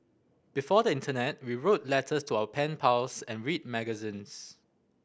before the internet we wrote letters to our pen pals and read magazines